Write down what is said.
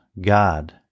God